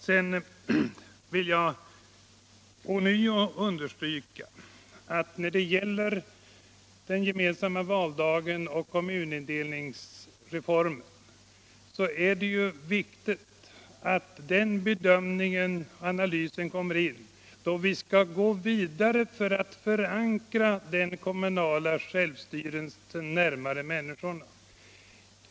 Sedan vill jag ånyo understryka att det när det gäller den gemensamma valdagen och kommunindelningsreformen är viktigt att den bedömningen kommer in då vi skall gå vidare för att förankra den kommunala självstyrelsen närmare människorna.